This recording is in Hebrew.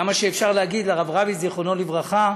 כמה שאפשר להגיד, הרב רביץ, זיכרונו לברכה,